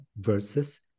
versus